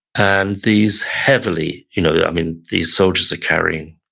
and these heavily, you know, i mean these soldiers are carrying,